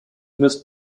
missed